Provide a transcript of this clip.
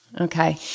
Okay